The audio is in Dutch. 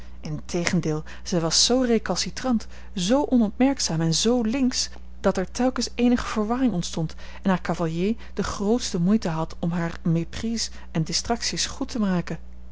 integendeel zij was zoo recalcitrant zoo onopmerkzaam en zoo links dat er telkens eenige verwarring ontstond en haar cavalier de grootste moeite had om hare méprises en distracties goed te maken